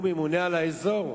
הוא ממונה על האזור.